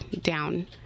down